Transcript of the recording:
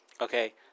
Okay